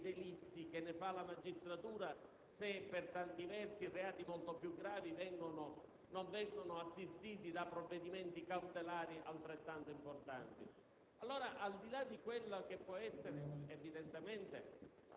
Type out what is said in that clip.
lieve nella considerazione ordinaria dei delitti che ne fa la magistratura se per tanti versi reati molto più gravi non vengono assistiti da provvedimenti cautelari altrettanto importanti.